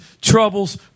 troubles